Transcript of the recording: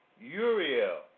Uriel